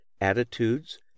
Attitudes